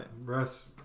rest